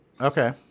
Okay